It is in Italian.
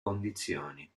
condizioni